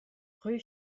rue